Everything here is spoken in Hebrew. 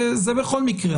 זה בכל מקרה.